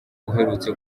uherutse